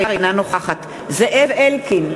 אינה נוכחת זאב אלקין,